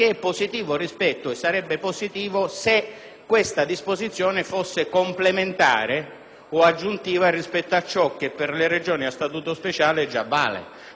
questa disposizione fosse complementare o aggiuntiva rispetto a quanto già vale per le Regioni a Statuto speciale, ma poiché non è così,